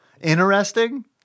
interesting